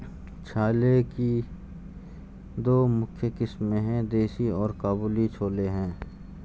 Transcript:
छोले की दो मुख्य किस्में है, देसी और काबुली छोले हैं